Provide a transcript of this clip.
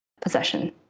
possession